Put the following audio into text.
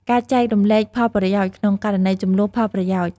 ការចែករំលែកផលប្រយោជន៍ ក្នុងករណីជម្លោះផលប្រយោជន៍។